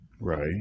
right